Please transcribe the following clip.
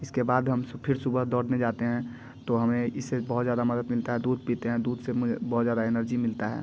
इसके बाद हम फिर सुबह दौड़ने जाते हैं तो हमें इससे बहुत ज़्यादा मदद मिलता है दूध पीते हैं दूध से मुझे बहुत ज़्यादा एनर्जी मिलता है